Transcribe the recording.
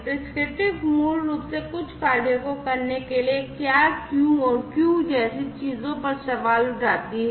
prescriptive मूल रूप से कुछ कार्यों को करने के लिए क्या क्यों और क्यों जैसी चीजों पर सवाल उठाती है